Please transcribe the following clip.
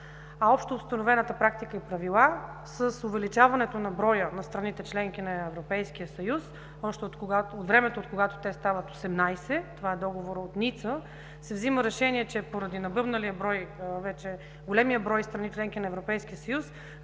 общоустановената практика и правила с увеличаването на броя на страните – членки на Европейския съюз, още от времето, когато те стават 18 и това е Договорът от Ница, се взима решение, че поради големия брой на страни – членки на Европейския съюз,